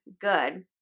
good